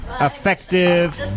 effective